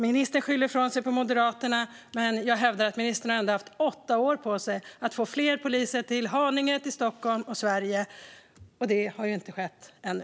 Ministern skyller ifrån sig på Moderaterna, men jag hävdar att ministern ändå har haft åtta år på sig att få fler poliser till Haninge, Stockholm och Sverige. Det har inte skett ännu.